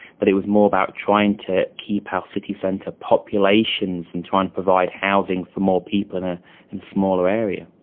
but it was more about trying to keep our city centre populations and trying to provide housing for more people in ah and a smaller area.